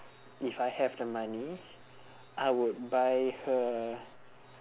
if I have the money I would buy her